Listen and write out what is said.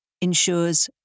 ensures